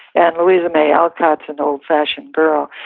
and louisa may alcott's an old-fashioned girl.